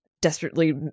desperately